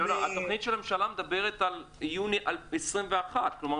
התוכנית של הממשלה מדברת על יוני 2021. כלומר,